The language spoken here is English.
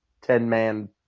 ten-man